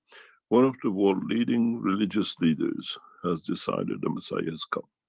one of the world leading religious leaders has decided the messiah has come.